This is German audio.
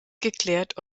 geklärt